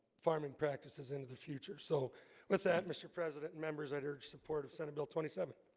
farming practices into the future so with that mr. president members. i'd urge support of senate bill. twenty seven.